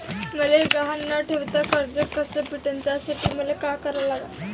मले गहान न ठेवता कर्ज कस भेटन त्यासाठी मले का करा लागन?